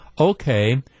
Okay